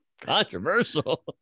controversial